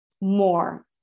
more